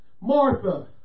Martha